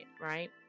right